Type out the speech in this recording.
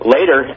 Later